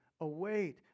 await